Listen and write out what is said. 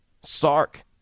Sark